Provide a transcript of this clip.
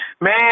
Man